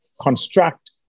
construct